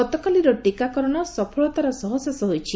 ଗତକାଲିର ଟିକାକରଣ ସଫଳତାର ସହ ଶେଷ ହୋଇଛି